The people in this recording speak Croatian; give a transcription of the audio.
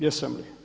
Jesam li?